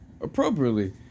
appropriately